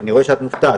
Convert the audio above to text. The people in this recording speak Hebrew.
אני רואה שאת מופתעת,